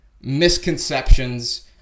misconceptions